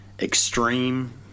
Extreme